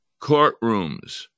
courtrooms